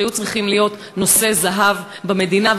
שהיו צריכים להיות נושא זהב במדינה,